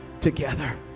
together